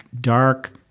dark